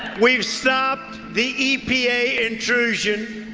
we've stopped the epa intrusion.